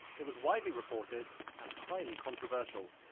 it was widely reported and highly controversial.